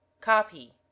Copy